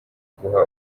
guha